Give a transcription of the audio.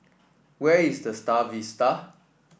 where is The Star Vista